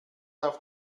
auf